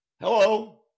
Hello